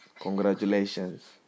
Congratulations